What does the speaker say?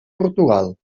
portugal